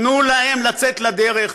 תנו להם לצאת לדרך.